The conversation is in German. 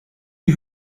die